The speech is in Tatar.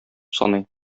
саный